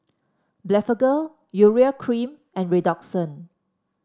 Blephagel Urea Cream and Redoxon